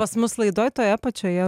pas mus laidoj toje pačioje